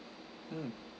mm